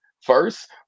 first